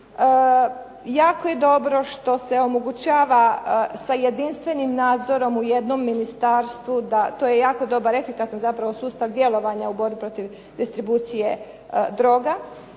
Jako je dobro što se omogućava sa jedinstvenim nadzorom u jednom ministarstvu da to je jako dobar, efikasan zapravo sustav djelovanja u borbi protiv distribucije droga.